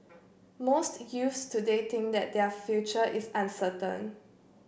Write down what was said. most youths today think that their future is uncertain